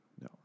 No